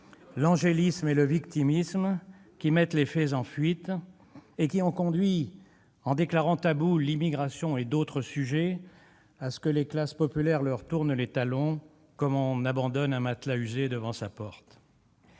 l'angélisme et le victimisme, qui mettent les faits en fuite et qui, en déclarant tabous l'immigration et d'autres sujets, ont conduit les classes populaires à leur tourner les talons, comme on abandonne un matelas usé devant sa porte